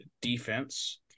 defense